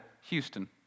Houston